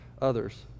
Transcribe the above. others